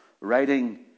writing